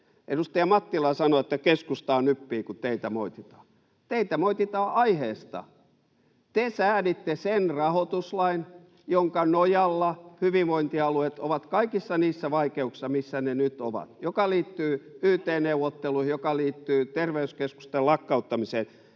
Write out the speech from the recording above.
Edustaja Mattila sanoi, että keskustaa nyppii, kun teitä moititaan. Teitä moititaan aiheesta. [Vastauspuheenvuoropyyntöjä keskustan ryhmästä] Te sääditte sen rahoituslain, jonka nojalla hyvinvointialueet ovat kaikissa niissä vaikeuksissa, missä ne nyt ovat, ja joka liittyy yt-neuvotteluihin ja joka liittyy terveyskeskusten lakkauttamiseen.